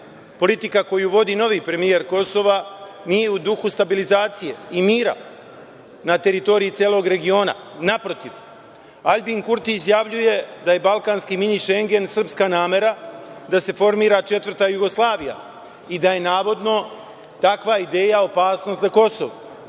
politika koju vodi novi premijer Kosova nije u duhu stabilizacije i mira na teritoriji celog regiona. Naprotiv, Aljbin Kurti izjavljuje da je balkanski mini Šengen srpska namera da se formira četvrta Jugoslavija i da je navodno takva ideja opasnost za Kosovo.